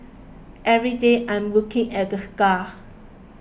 every day I'm looking at the scar